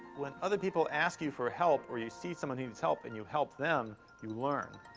when other people ask you for help, or you see someone needs help and you help them, you learn.